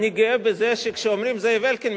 אני גאה בזה שכשאומרים זאב אלקין,